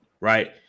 right